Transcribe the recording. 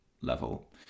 level